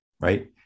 right